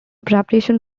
preparation